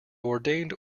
ordained